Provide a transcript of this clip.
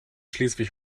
schleswig